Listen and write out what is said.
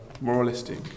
moralistic